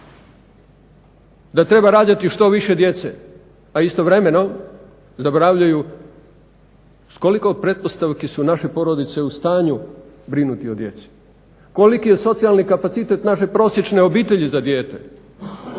da treba rađati što više djece a istovremeno zaboravljaju s koliko pretpostavki su naše porodice u stanju brinuti o djeci, koliki je socijalni kapacitet naše prosječne obitelji za dijete,